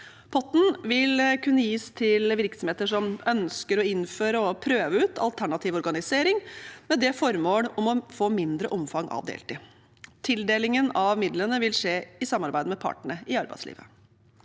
Potten vil kunne gis til virksomheter som ønsker å innføre og prøve ut alternativ organisering, med det formål å få mindre omfang av deltid. Tildeling av midlene vil skje i samarbeid med partene i arbeidslivet.